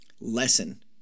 Lesson